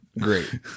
great